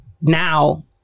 now